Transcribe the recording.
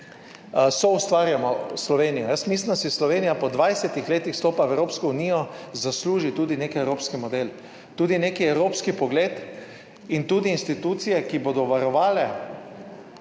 soustvarjamo Slovenijo. Jaz mislim, da si Slovenija po 20 letih vstopa v Evropsko unijo zasluži tudi neki evropski model, tudi neki evropski pogled in tudi institucije, ki bodo varovale